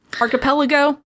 archipelago